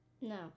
No